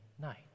night